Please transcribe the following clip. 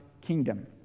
kingdom